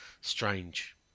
Strange